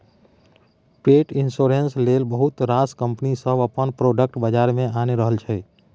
पेट इन्स्योरेन्स लेल बहुत रास कंपनी सब अपन प्रोडक्ट बजार मे आनि रहल छै